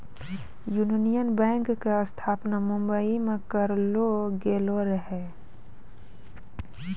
union Bank के स्थापना बंबई मे करलो गेलो रहै